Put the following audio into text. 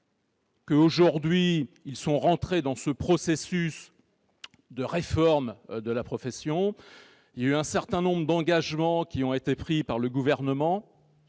aujourd'hui entrés dans le processus de réforme de la profession. Un certain nombre d'engagements ont été pris par le Gouvernement